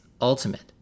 ultimate